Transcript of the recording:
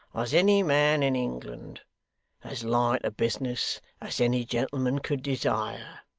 as any man in england as light a business as any gentleman could desire